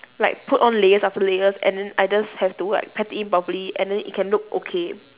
like put on layers after layers and then I just have to go like pat it in properly and then it can look okay